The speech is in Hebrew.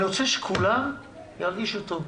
אני רוצה שכולם ירגישו טוב.